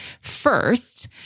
first